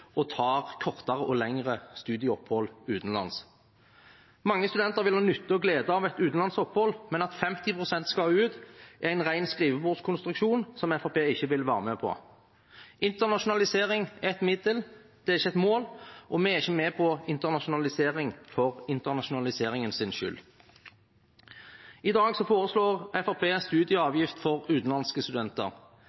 og tar kortere og lengre studieopphold utenlands. Mange studenter vil ha nytte og glede av et utenlandsopphold, men at 50 pst. skal ut, er en ren skrivebordskonstruksjon som Fremskrittspartiet ikke vil være med på. Internasjonalisering er et middel, ikke et mål, og vi er ikke med på internasjonalisering for internasjonaliseringens skyld. I dag foreslår